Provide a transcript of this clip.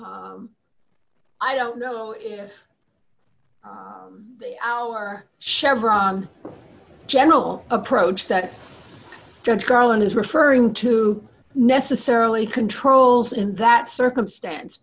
i don't know if our chevron general approach that judge garland is referring to necessarily controls in that circumstance